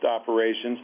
operations